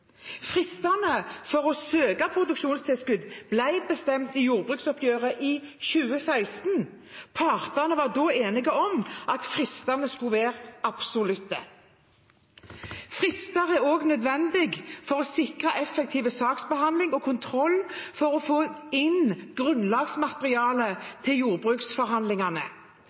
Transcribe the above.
jordbruksoppgjøret i 2016. Partene var da enige om at fristene skulle være absolutte. Frister er også nødvendig for å sikre effektiv saksbehandling og kontroll for å få inn grunnlagsmaterialet til jordbruksforhandlingene.